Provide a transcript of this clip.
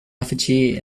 effigy